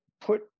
put